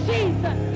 Jesus